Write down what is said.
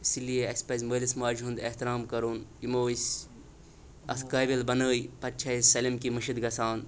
اِسی لیے اَسہِ پَزِ مٲلِس ماجہِ ہُنٛد احترام کَرُن یِمو أسۍ اَتھ قٲبِل بَنٲے پَتہٕ چھِ اَسہِ سٲلِم کیٚنٛہہ مٔشِد گَژھان